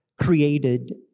created